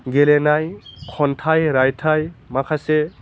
गेलेनाय खन्थाइ रायथाइ माखासे